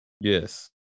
Yes